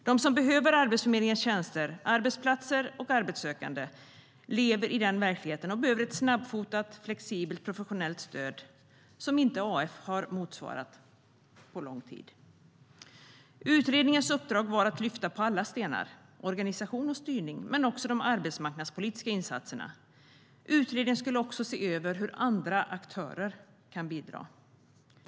De som behöver Arbetsförmedlingens tjänster - arbetsplatser och arbetssökande - lever i den verkligheten och behöver ett snabbfotat, flexibelt och professionellt stöd. Det har AF inte motsvarat på länge. Utredningens uppdrag var att lyfta på alla stenar - organisation och styrning - men också de arbetsmarknadspolitiska insatserna. Utredningen skulle också se över hur andra aktörer kan bidra.